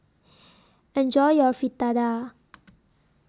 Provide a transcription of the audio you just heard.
Enjoy your Fritada